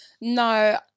No